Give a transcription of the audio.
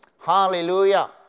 Hallelujah